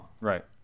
Right